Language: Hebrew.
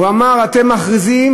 הוא אמר: אתם מכריזים,